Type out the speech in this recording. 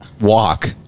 walk